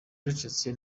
ucecetse